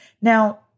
Now